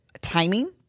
timing